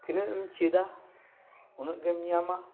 ᱛᱤᱱᱟᱹᱜ ᱮᱢ ᱪᱮᱫᱟ ᱩᱱᱟᱹᱜ ᱜᱮᱢ ᱧᱟᱢᱟ